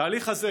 התהליך הזה,